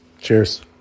Cheers